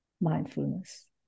mindfulness